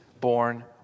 born